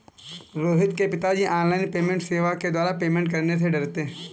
रोहित के पिताजी online payment सेवा के द्वारा पेमेंट करने से डरते हैं